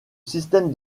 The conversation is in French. système